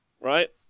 right